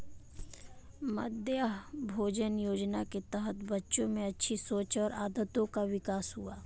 मध्याह्न भोजन योजना के तहत बच्चों में अच्छी सोच और आदतों का विकास हुआ